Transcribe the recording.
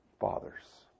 Fathers